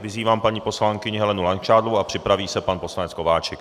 Vyzývám paní poslankyni Helenu Langšádlovou a připraví se pan poslanec Kováčik.